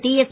DS